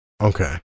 Okay